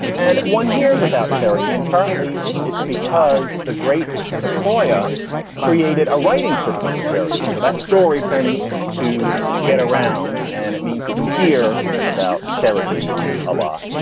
and one hears about cherokee. and partly it's because the great sequoia created a writing system for cherokee. so that story tends to get around. and it means that you hear about cherokee a lot.